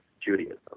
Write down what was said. Judaism